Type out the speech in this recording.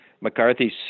McCarthy's